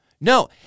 No